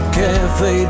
cafe